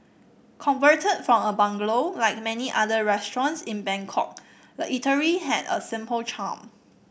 converted from a bungalow like many other restaurants in Bangkok the eatery had a simple charm